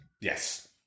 Yes